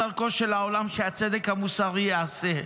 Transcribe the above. דרכו של עולם שהצדק המוסרי ייעשה.